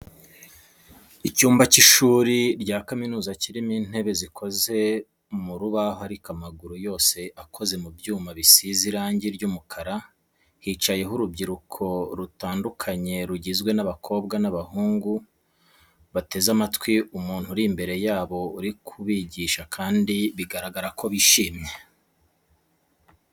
Icyumba cy'ishuri rya kaminuza kirimo intebe zikoze mu rubaho ariko amaguru yazo akoze mu byuma bisize irangi ry'umukara, hicayemo urubyiruko rutandukanye rugizwe n'abakobwa n'abahungu bateze amatwi umuntu uri imbere yabo uri kubigisha kandi biragaragara ko bishimye.